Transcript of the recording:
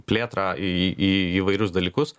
plėtrą į įvairius dalykus